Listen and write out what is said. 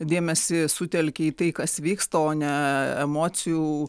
dėmesį sutelkia į tai kas vyksta o ne emocijų